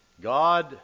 God